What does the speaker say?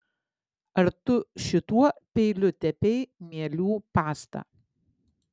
ar tu šituo peiliu tepei mielių pastą